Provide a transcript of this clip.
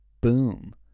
boom